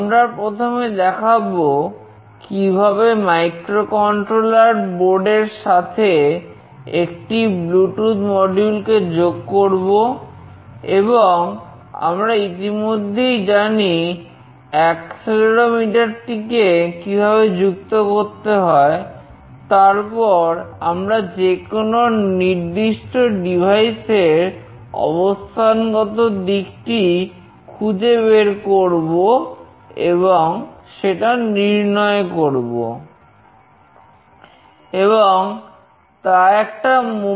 আমরা প্রথমে দেখাবো কিভাবে মাইক্রোকন্ট্রোলার বোর্ড এর মাধ্যমে যুক্ত করবো